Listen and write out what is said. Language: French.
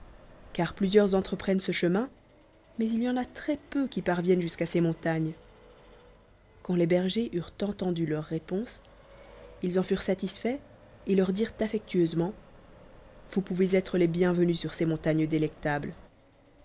car plnsiears ntre prennent ce chemin mais il y en a tres peu qui parviennent jusqu a ces montagnes quand les bergers en rent entendu leurs réponses ils en furent satisfaits et leur dirent affectueusement vous pouvez être les bien venus sur ces montagnes délectables